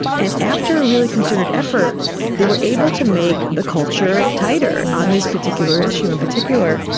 and after a really concerted effort they were able to make the culture tighter on this particular issue in particular.